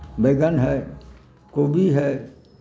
बैगन हइ कोबी हइ